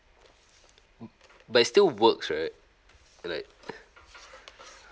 but it still works right like